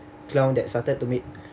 clown that started to make